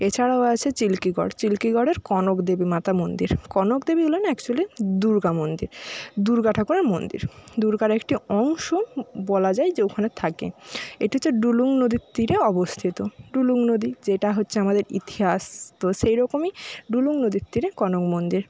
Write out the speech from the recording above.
এছাড়াও আছে চিল্কিগড় চিল্কিগড়ের কনকদেবী মাতা মন্দির কনকদেবী হলেন অ্যাকচুয়্যালি দুর্গা মন্দির দুর্গা ঠাকুরের মন্দির দুর্গার একটি অংশ বলা যায় যে ওখানে থাকে এটা হচ্ছে ডুলুং নদীর তীরে অবস্থিত ডুলুং নদী যেটা হচ্ছে আমাদের ইতিহাস তো সেরকমই ডুলুং নদীর তীরে কনক মন্দির